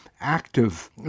active